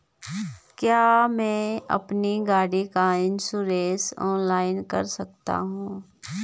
क्या मैं अपनी गाड़ी का इन्श्योरेंस ऑनलाइन कर सकता हूँ?